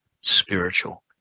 spiritual